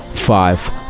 five